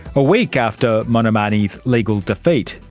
a week after modamani's legal defeat,